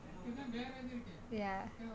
ya